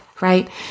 right